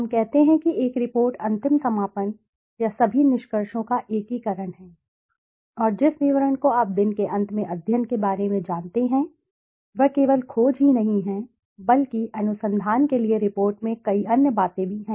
हम कहते हैं कि एक रिपोर्ट अंतिम समापन या सभी निष्कर्षों का एकीकरण है और जिस विवरण को आप दिन के अंत में अध्ययन के बारे में जानते हैं वह केवल खोज ही नहीं है बल्कि अनुसंधान के लिए रिपोर्ट में कई अन्य बातें भी हैं